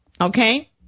Okay